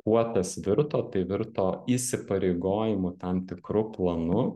kuo tas virto tai virto įsipareigojimu tam tikru planu